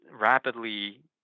rapidly